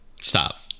Stop